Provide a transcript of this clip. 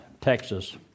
Texas